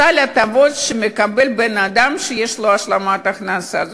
סל הטבות שמקבל בן-אדם שיש לו השלמת הכנסה.